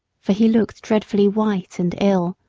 for he looked dreadfully white and ill.